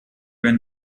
wenn